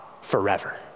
forever